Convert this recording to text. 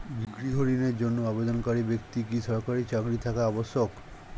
গৃহ ঋণের জন্য আবেদনকারী ব্যক্তি কি সরকারি চাকরি থাকা আবশ্যক?